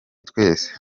twese